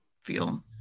feel